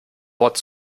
wort